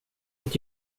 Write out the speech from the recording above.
ett